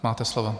Máte slovo.